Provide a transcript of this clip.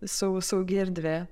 sau saugi erdvė